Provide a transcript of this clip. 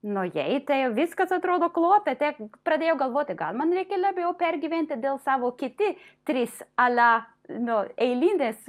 nu jai tai viskas atrodo kostos pradėjau galvoti gal man reikia labiau pergyventi dėl savo kiti trys ale nu eilinės